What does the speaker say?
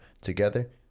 Together